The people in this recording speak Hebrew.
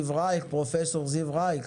רייך